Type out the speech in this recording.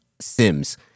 Sims